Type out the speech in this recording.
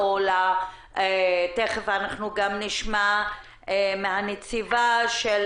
תיכף נשמע גם את הנציבה של